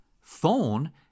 phone